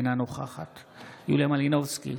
אינה נוכחת יוליה מלינובסקי,